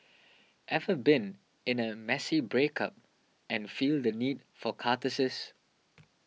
ever been in a messy breakup and feel the need for catharsis